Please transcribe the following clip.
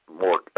more